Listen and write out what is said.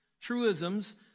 Truisms